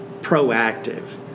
proactive